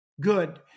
Good